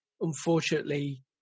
unfortunately